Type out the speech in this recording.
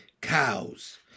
cows